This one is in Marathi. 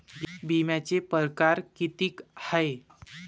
बिम्याचे परकार कितीक हाय?